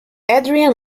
adrian